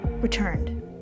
returned